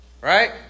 right